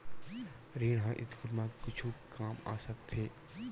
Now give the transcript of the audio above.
ऋण ह स्कूल मा कुछु काम आ सकत हे?